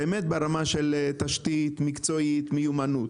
אלא גם ברמה של תשתית מקצועית ומיומנות.